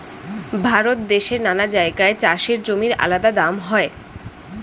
ভারত দেশের নানা জায়গায় চাষের জমির আলাদা দাম হয়